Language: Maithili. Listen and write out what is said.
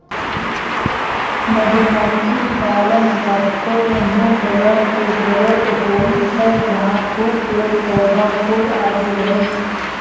मधुमक्खी पालन वास्तॅ एहनो जगह के जरूरत होय छै जहाँ खूब पेड़, पौधा, फूल आदि रहै